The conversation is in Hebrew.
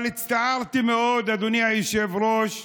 אבל הצטערתי מאוד, אדוני היושב-ראש,